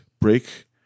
break